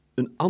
een